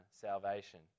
salvation